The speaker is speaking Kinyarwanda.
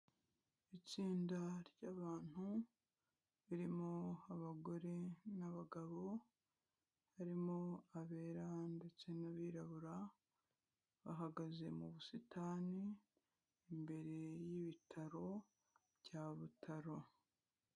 Itsinda ry'abantu, ririmo abagore n'abagabo, harimo abera ndetse n'abirabura, bahagaze mu busitani, imbere y'ibitaro bya Butaro.